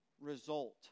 result